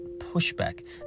pushback